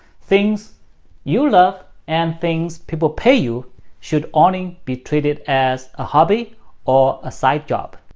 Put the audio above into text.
things you love and things people pay you should only be treated as a hobby or a side job.